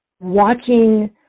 watching